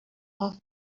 off